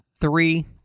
three